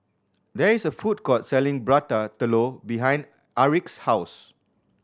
there is a food court selling Prata Telur behind Aric's house